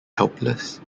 helpless